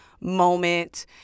moment